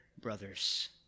brothers